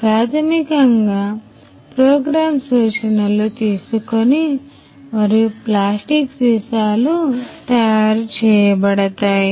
ప్రాథమికంగా ఆ ప్రోగ్రామ్ సూచనలు తీసుకొని మరియు ప్లాస్టిక్ సీసాలు తయారు చేయబడతాయి